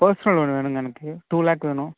personal loan வேணுங்க எனக்கு two lakh வேணும்